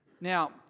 Now